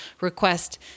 request